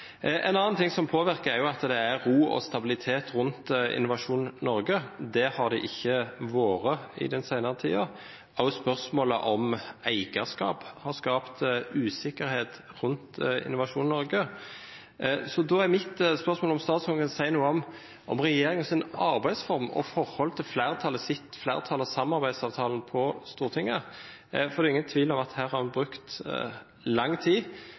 En annen ting som påvirker, er at det er ro og stabilitet rundt Innovasjon Norge. Det har det ikke vært den senere tiden. Også spørsmålet om eierskap har skapt usikkerhet rundt Innovasjon Norge. Da er mitt spørsmål om statsråden kan si noe om regjeringens arbeidsform og forholdet til flertallet og samarbeidsavtalen på Stortinget. For det er ingen tvil om at her har vi brukt lang tid